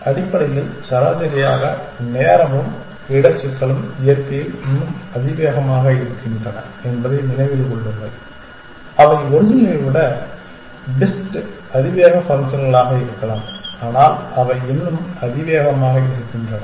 அடிப்படையில் சராசரியாக நேரமும் இட சிக்கலும் இயற்கையில் இன்னும் அதிவேகமாக இருக்கின்றன என்பதை நினைவில் கொள்ளுங்கள் அவை ஒரிஜினலை விட பெஸ்ட் அதிவேக ஃபங்க்ஷன்களாக இருக்கலாம் ஆனால் அவை இன்னும் அதிவேகமாக இருக்கின்றன